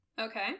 Okay